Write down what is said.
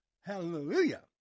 hallelujah